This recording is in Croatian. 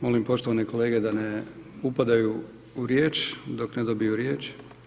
Molim poštovane kolege da ne upadaju u riječ dok ne dobiju riječ.